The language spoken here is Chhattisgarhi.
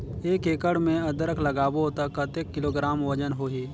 एक एकड़ मे अदरक लगाबो त कतेक किलोग्राम वजन होही?